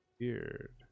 weird